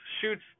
shoots